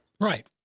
Right